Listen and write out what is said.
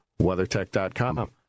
WeatherTech.com